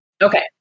Okay